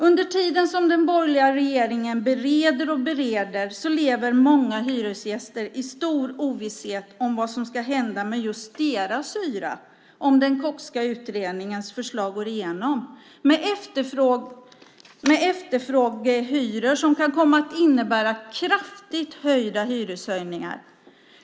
Under tiden som den borgerliga regeringen bereder och bereder lever många hyresgäster i stor ovisshet om vad som ska hända med just deras hyra om den Kochska utredningens förslag går igenom med efterfrågestyrda hyror som kan komma att innebära kraftigt höjda hyror.